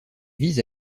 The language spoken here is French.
vise